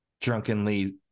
drunkenly